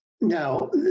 Now